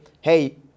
Hey